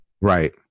Right